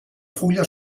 fulla